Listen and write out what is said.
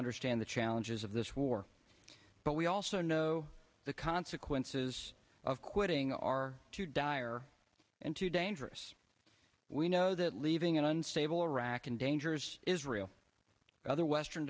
understand the challenges of this war but we also know the consequences of quitting are too dire and too dangerous we know that leaving an unstable iraq and dangers israel other western